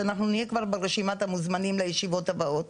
שאנחנו נהיה כבר ברשימת המוזמנים לישיבות הבאות.